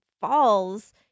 falls